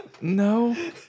No